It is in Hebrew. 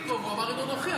הייתי פה והוא אמר: לא נוכח.